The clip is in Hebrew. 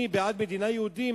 אני בעד מדינה יהודית,